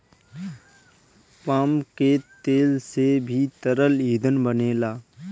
palm के तेल से भी तरल ईंधन बनेला